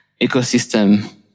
ecosystem